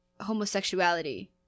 Homosexuality